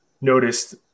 noticed